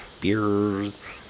Beers